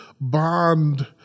bond